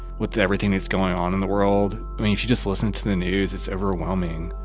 with everything that's going on in the world. i mean, if you just listen to the news, it's overwhelming.